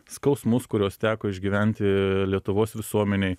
skausmus kuriuos teko išgyventi lietuvos visuomenei